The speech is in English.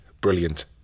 brilliant